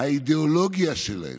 האידיאולוגיה שלהם,